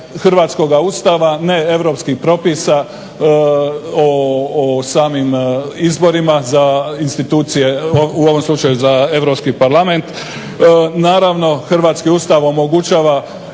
Hrvatskoga ustava, ne Europskih propisa o samim izborima za institucije, u ovom slučaju za Europski parlament. Naravno, Hrvatski ustav omogućava,